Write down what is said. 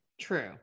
True